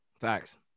Facts